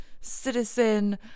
citizen